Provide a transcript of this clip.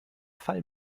fall